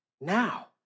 now